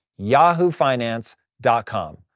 yahoofinance.com